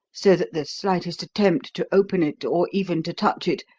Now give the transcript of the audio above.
so that the slightest attempt to open it, or even to touch it,